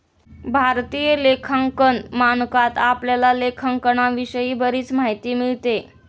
भारतीय लेखांकन मानकात आपल्याला लेखांकनाविषयी बरीच माहिती मिळेल